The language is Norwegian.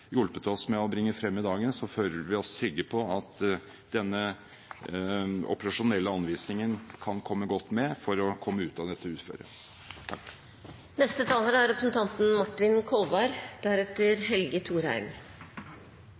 hjulpet oss med å bringe frem i dagen, føler vi oss trygge på at denne operasjonelle anvisningen kan komme godt med for å komme ut av dette uføret. Det er